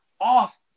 off